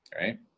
right